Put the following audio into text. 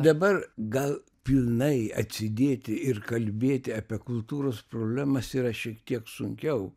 dabar gal pilnai atsidėti ir kalbėti apie kultūros problemas yra šiek tiek sunkiau